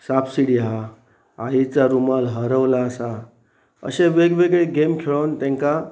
सापसिडी आसा आईच रुमल हरवला आसा अशे वेगवेगळे गेम खेळोन तांकां